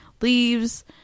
leaves